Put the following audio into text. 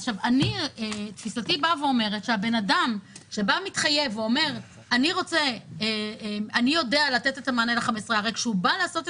אני אומרת שהבן אדם שמתחייב ואומר שהוא יודע לתת את המענה ל-15 שנים,